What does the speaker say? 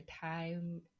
time